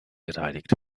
beteiligt